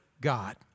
God